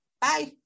bye